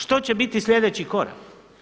Što će biti sljedeći korak?